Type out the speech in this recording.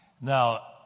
Now